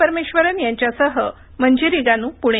परमेश्वरन यांच्यासह मंजिरी गानू पुणे